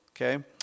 okay